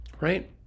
Right